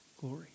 glory